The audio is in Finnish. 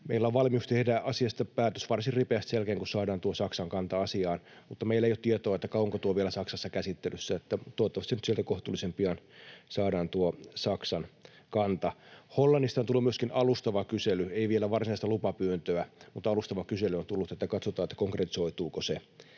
Meillä on valmius tehdä asiasta päätös varsin ripeästi sen jälkeen, kun saadaan tuo Saksan kanta asiaan, mutta meillä ei ole tietoa, kauanko tuo on vielä Saksassa käsittelyssä, niin että toivottavasti se nyt sieltä kohtuullisen pian saadaan, tuo Saksan kanta. Hollannista on tullut myöskin alustava kysely. Ei vielä varsinaista lupapyyntöä, mutta alustava kysely on tullut, niin että katsotaan, konkretisoituuko se